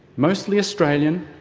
mostly australian,